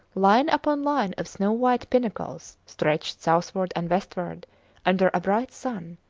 line upon line of snow-white pinnacles stretched southward and westward under a bright sun.